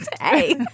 Hey